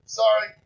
sorry